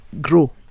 grow